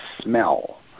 smell